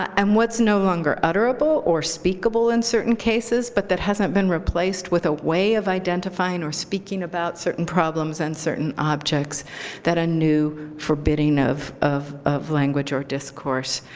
um um what's no longer utterable or speakable in certain cases, but that hasn't been replaced with a way of identifying or speaking about certain problems and certain objects that a new forbidding of of language or discourse